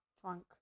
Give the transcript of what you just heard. trunk